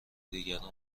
دیگران